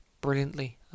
brilliantly